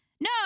No